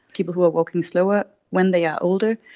people who are walking slower when they are older,